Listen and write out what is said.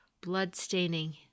blood-staining